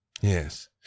Yes